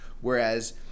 whereas